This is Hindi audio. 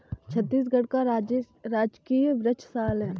छत्तीसगढ़ का राजकीय वृक्ष साल है